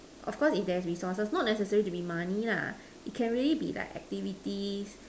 of course if there's resources not necessarily to be money lah it can really be like activities